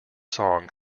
song